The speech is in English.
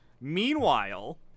Meanwhile